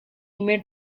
met